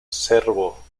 servo